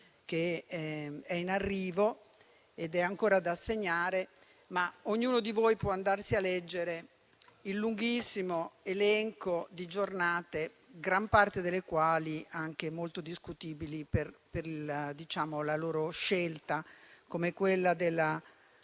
che è in arrivo ed è ancora da assegnare, ma ognuno di voi può andarsi a leggere il lunghissimo elenco di giornate, gran parte delle quali anche molto discutibili per la loro scelta. Penso a quella della